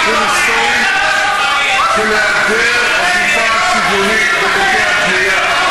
תיקון היסטורי של היעדר אכיפה שוויונית בחוקי הבנייה.